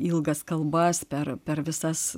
ilgas kalbas per per visas